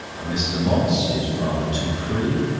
a mr. moss is rather too free.